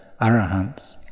Arahants